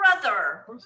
brother